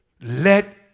let